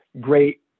great